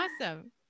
Awesome